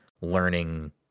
learning